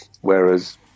Whereas